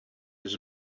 his